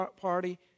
Party